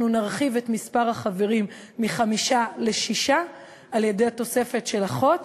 אנחנו נרחיב את מספר החברים מחמישה לשישה על-ידי התוספת של אחות.